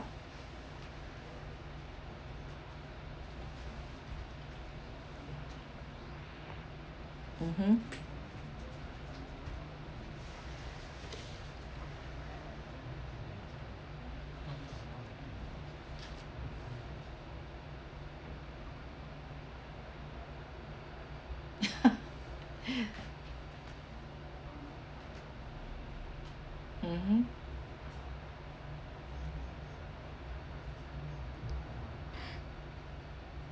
mmhmm mmhmm